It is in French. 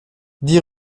dix